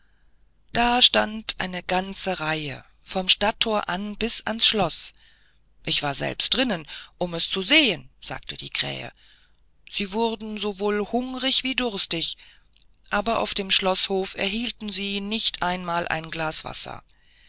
da stand eine ganze reihe vom stadtthor an bis zum schloß ich war selbst drinnen um es zu sehen sagte die krähe sie wurden sowohl hungrig wie durstig aber auf dem schloß erhielten sie nicht einmal ein glas wasser